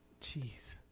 Jeez